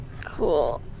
Cool